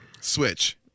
switch